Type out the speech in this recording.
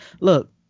Look